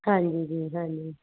ਹਾਂਜੀ ਜੀ ਹਾਂਜੀ